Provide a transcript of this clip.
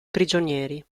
prigionieri